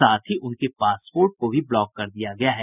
साथ ही उनके पासपोर्ट को भी ब्लॉक कर दिया गया है